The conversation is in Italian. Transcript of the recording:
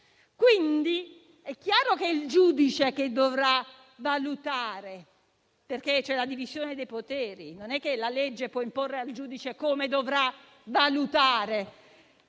quindi è chiaro che è il giudice che dovrà valutare, perché c'è la divisione dei poteri, la legge non può imporre al giudice come dovrà valutare